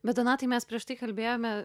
bet donatai mes prieš tai kalbėjome